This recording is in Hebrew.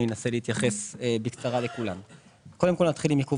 אני אתחיל עם הנושא של עיכוב